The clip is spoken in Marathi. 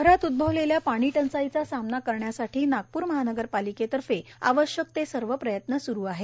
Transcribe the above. शहरात उदभवलेल्या पाणी टंचाईचा सामना करण्यासाठी नागपूर महानगरपालिकेतर्फे आवश्यक ते सर्व प्रयत्न स्रू आहेत